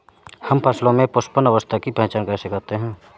हम फसलों में पुष्पन अवस्था की पहचान कैसे करते हैं?